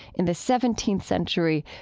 in the seventeenth century,